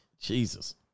jesus